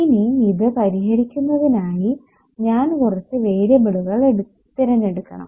ഇനി ഇത് പരിഹരിക്കുന്നതിനായി ഞാൻ കുറച്ച് വേരിയബിളുകൾ തിരഞ്ഞെടുക്കണം